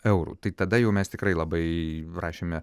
eurų tai tada jau mes tikrai labai rašėme